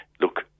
look